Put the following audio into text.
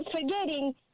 forgetting